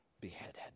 beheaded